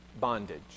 bondage